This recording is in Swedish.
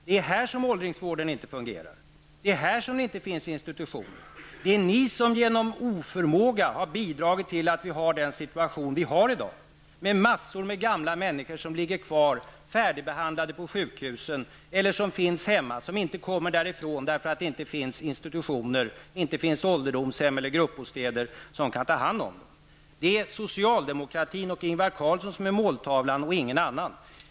Det är här åldringsvården inte fungerar. Det är här det inte finns institutioner. Det är ni som genom oförmåga har bidragit till att vi har den situation vi har i dag med massor av gamla människor som ligger kvar, färdigbehandlade, på sjukhusen eller som finns hemma och som inte kommer därifrån därför att det inte finns institutioner, ålderdomshem eller gruppbostäder, som kan ta hand om dem. Det är socialdemokratin och Ingvar Carlsson som är måltavlan och ingen annan.